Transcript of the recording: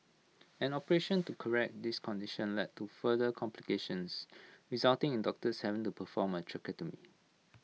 an operation to correct this condition led to further complications resulting in doctors having to perform A tracheotomy